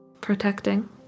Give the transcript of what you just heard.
protecting